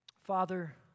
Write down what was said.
Father